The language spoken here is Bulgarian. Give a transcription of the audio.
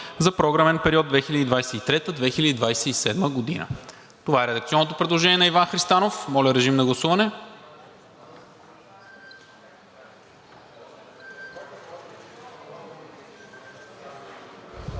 за програмен период 2023 – 2027 г.“ Това е редакционното предложение на Иван Христанов. Моля, режим на гласуване.